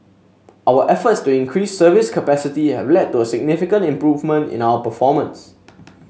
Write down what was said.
our efforts to increase service capacity have led to a significant improvement in our performance